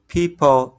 People